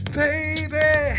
baby